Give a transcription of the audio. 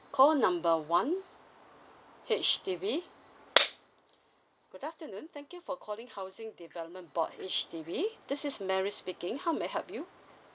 call number one H_D_B good afternoon thank you for calling housing development board H_D_B this is mary speaking how may I help you